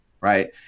Right